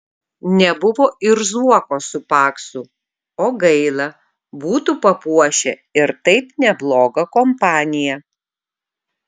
nebuvo ir zuoko su paksu o gaila būtų papuošę ir taip neblogą kompaniją